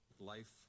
life